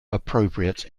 appropriate